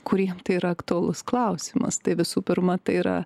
kuriem tai yra aktualus klausimas tai visų pirma tai yra